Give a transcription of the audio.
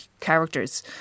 Characters